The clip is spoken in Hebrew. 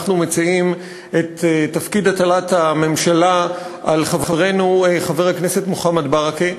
אנחנו מציעים את תפקיד הטלת הממשלה על חברנו חבר הכנסת מוחמד ברכה,